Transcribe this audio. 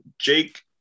Jake